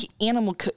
animal